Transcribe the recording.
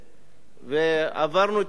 ועברנו את המשבר.